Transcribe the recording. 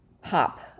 Hop